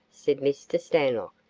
said mr. stanlock.